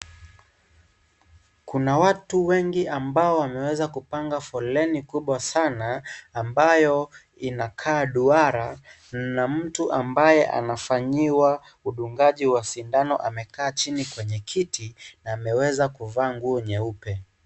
Kuna watu wengi ambao wameweza kupanga foleni kubwa sana ambayo inakaa duara na mtu ambaye anafanyiwa udungaji wa sindano amekaa chini kwenye kiti na ameweza kuvaa nguo nyeupe.